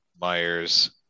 Myers